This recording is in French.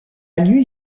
new